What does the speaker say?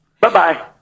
Bye-bye